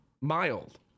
mild